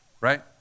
right